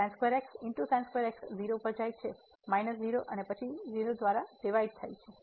તેથી 0 પર જાય છે માઇનસ 0 અને પછી 0 દ્વારા ડિવાઈડ થાય છે